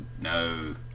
no